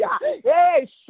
Hey